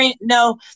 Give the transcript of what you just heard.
no